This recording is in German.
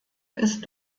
ist